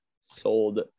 sold